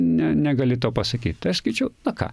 ne negali to pasakyt tai aš sakyčiau na ką